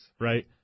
right